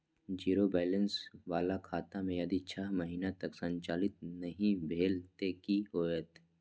Zero balance बाला खाता में यदि छः महीना तक संचालित नहीं भेल ते कि होयत?